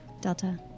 Delta